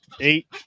eight